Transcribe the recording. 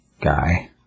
guy